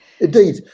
indeed